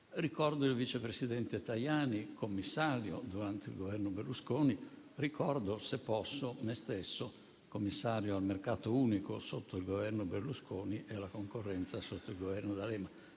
ricordo il vice presidente Tajani, commissario durante il Governo Berlusconi. Ricordo, se posso, me stesso, commissario al mercato unico sotto il Governo Berlusconi e alla concorrenza sotto il Governo D'Alema.